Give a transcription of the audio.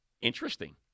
Interesting